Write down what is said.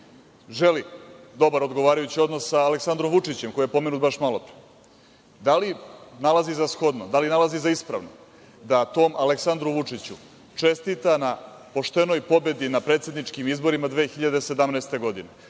želi dobar odgovarajući odnos sa Aleksandrom Vučićem, koji je pomenut baš malopre, da li nalazi za shodno, da li nalazi za ispravno, da tom Aleksandru Vučiću čestita na poštenoj pobedi na predsedničkim izborima 2017. godine.